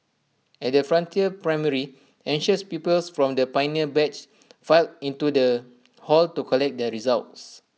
at the frontier primary anxious pupils from the pioneer batch filed into the hall to collect their results